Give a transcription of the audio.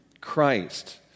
Christ